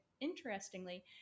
interestingly